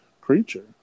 creature